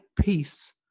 peace